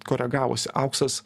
koregavosi auksas